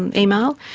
and email.